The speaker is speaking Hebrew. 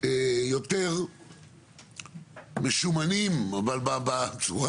יותר משומנים, שזה עובד בצורה